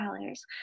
dollars